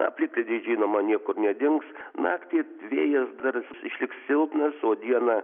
na plikledis žinoma niekur nedings naktį vėjas dar išliks silpnas o dieną